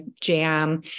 jam